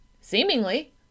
Seemingly